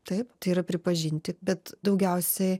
taip tai yra pripažinti bet daugiausiai